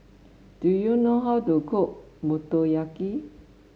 do you know how to cook Motoyaki